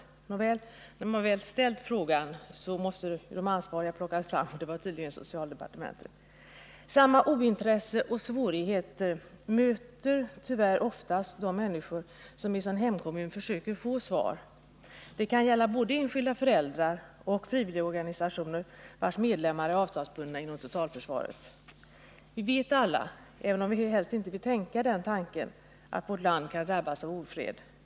Nåväl, när man väl ställt frågan måste det ansvariga departementet plockas fram, och det var tydligen socialdepartementet. Samma ointresse och svårigheter möter tyvärr oftast de människor som i sin hemkommun försöker få svar. Det kan gälla både enskilda föräldrar och frivilligorganisationer, vilkas medlemmar är avtalsbundna inom totalförsvaret. Vi vet alla, även om vi helst inte vill tänka den tanken, att vårt land kan drabbas av ofred.